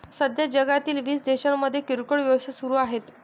सध्या जगातील वीस देशांमध्ये किरकोळ व्यवसाय सुरू आहेत